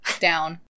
down